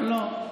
לא, לא.